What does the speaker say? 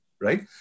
right